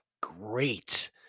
great